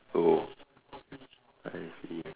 oh I see